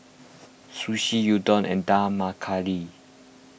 Sushi Udon and Dal Makhani